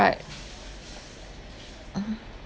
right uh